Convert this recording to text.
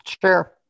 sure